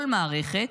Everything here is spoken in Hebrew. כל מערכת,